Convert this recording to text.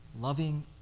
loving